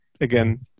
again